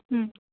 ಹ್ಞೂ